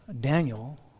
Daniel